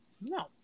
No